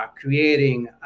creating